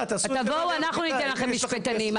תבואו אנחנו ניתן לכם משפטנים,